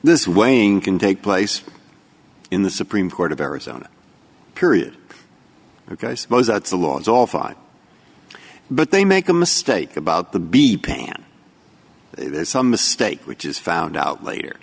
this weighing can take place in the supreme court of arizona period ok i suppose that's the law it's all fun but they make a mistake about the b pan there's some mistake which is found out later